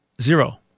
Zero